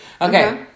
okay